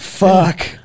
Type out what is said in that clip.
Fuck